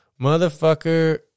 Motherfucker